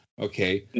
okay